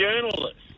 journalists